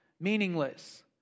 meaningless